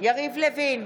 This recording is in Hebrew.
יריב לוין,